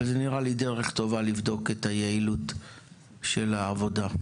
אבל זאת נראית לי דרך טובה לבדוק את היעילות של העבודה.